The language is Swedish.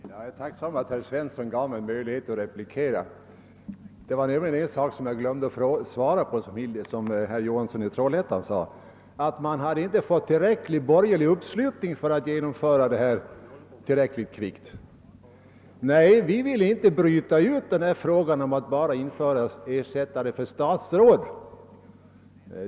Herr talman! Jag är tacksam att herr Svensson gav mig möjlighet till en replik. Det var nämligen en sak som herr Johansson i Trollhättan sade, som jag glömde att besvara. Han yttrade att man inte hade fått tillräcklig borgerlig uppslutning för att genomföra reformen tillräckligt snabbt. Nej, vi ville inte bryta ut den här frågan om att införa ersättare 'enbart för statsråd.